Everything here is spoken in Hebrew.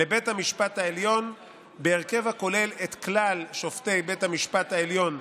לבית המשפט העליון בהרכב הכולל את כלל שופטי בית המשפט העליון,